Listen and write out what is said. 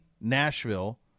Nashville